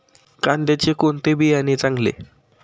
कांद्याचे कोणते बियाणे चांगले?